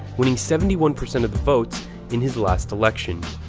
winning seventy one percent of the votes in his last election.